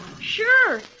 Sure